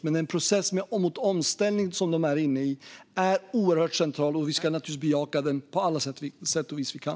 Men den omställningsprocess de är inne i är oerhört central, och den ska vi givetvis bejaka på alla sätt vi kan.